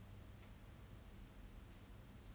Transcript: it's not unconditional then what is the conditions